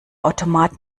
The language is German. automat